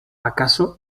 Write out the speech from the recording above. acaso